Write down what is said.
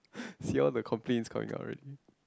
see all the complain is coming out already